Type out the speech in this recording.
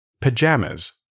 pajamas